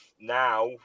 Now